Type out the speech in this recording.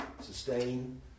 sustain